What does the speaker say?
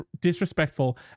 disrespectful